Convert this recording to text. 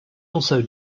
also